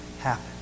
happen